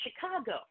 Chicago